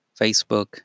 Facebook